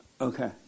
Okay